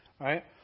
right